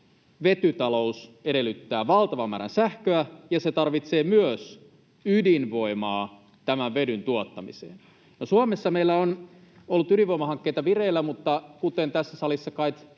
vetytalous edellyttää valtavaa määrää sähköä ja se tarvitsee myös ydinvoimaa tämän vedyn tuottamiseen. Suomessa meillä on ollut ydinvoimahankkeita vireillä, mutta kuten tässä salissa kait